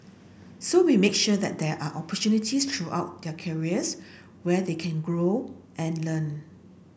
so we make sure that there are opportunities throughout their careers where they can grow and learn